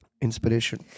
Inspiration